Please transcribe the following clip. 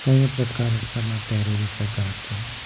कई प्रकार सां मां तरे बि सघां थो